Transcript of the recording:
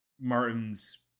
martin's